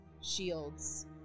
shields